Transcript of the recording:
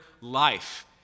life